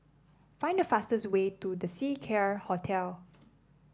find the fastest way to The Seacare Hotel